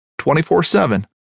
24-7